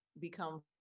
become